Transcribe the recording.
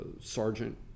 sergeant